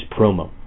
promo